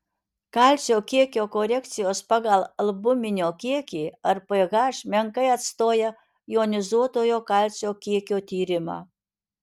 kalcio kiekio korekcijos pagal albumino kiekį ar ph menkai atstoja jonizuotojo kalcio kiekio tyrimą